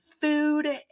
food